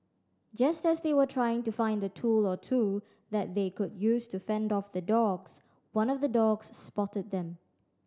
just as they were trying to find a tool or two that they could use to fend off the dogs one of the dogs spotted them